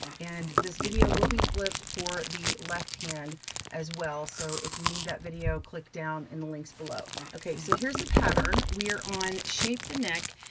and this video will be flipped for the left hand as well. so if you need that video, click down in the links below. okay, so here's the pattern. we are on shape the neck,